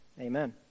amen